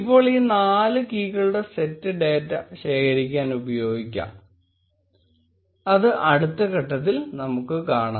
ഇപ്പോൾ ഈ നാല് കീകളുടെ സെറ്റ് ഡേറ്റ ശേഖരിക്കാൻ ഉപയോഗിക്കാം അത് അടുത്ത ഘട്ടത്തിൽ നമുക്ക് കാണാം